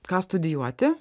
ką studijuoti